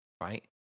right